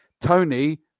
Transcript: Tony